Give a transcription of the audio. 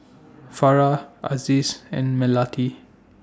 Farah Aziz and Melati